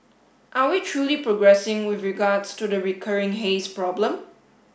are we truly progressing with regards to the recurring haze problem